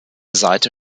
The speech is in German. seite